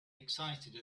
excited